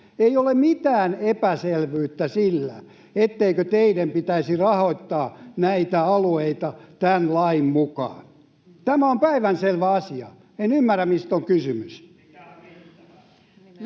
Ei ole mitään epäselvyyttä siitä, etteikö teidän pitäisi rahoittaa näitä alueita tämän lain mukaan. Tämä on päivänselvä asia. En ymmärrä, mistä on kysymys.